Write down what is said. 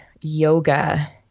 yoga